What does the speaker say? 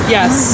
Yes